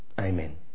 Amen